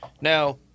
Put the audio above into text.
Now